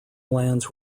lands